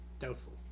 doubtful